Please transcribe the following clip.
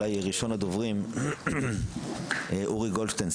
ראשון הדוברים אורי גולדשטיין,